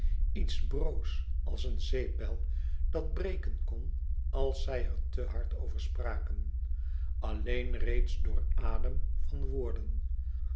iets broos als een zeepbel dat breken kon als zij er te hard over spraken alleen reeds door adem van woorden